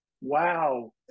Wow